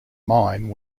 mine